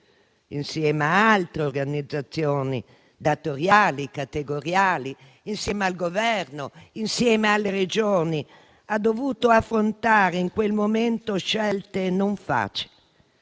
insieme a altre organizzazioni datoriali e categoriali, insieme al Governo, insieme alle Regioni, ha dovuto affrontare in quel momento scelte non facili.